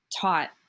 taught